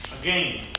again